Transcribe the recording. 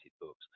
books